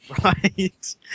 right